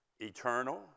eternal